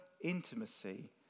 intimacy